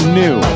new